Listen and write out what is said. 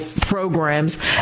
programs